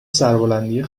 سربلندی